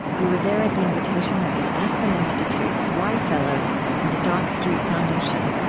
we were there at the invitation of the aspen institute's wye fellows and the dock street foundation